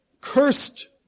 cursed